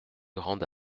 grande